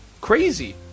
crazy